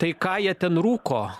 tai ką jie ten rūko